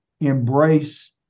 embrace